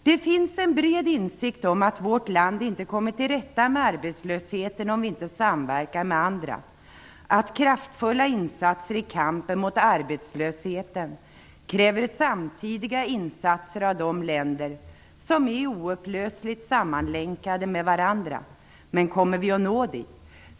Det finns en bred insikt om att vårt land inte kommer till rätta med arbetslösheten om vi inte samverkar med andra, om att kraftfulla insatser i kampen mot arbetslösheten kräver samtidiga insatser av de länder som är oupplösligt sammanlänkade med varandra. Men kommer vi att nå dit?